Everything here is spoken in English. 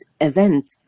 event